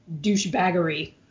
douchebaggery